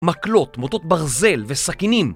מקלות, מוטות ברזל וסכינים